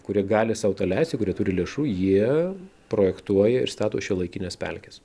kurie gali sau leisti kurie turi lėšų jie projektuoja ir stato šiuolaikines pelkes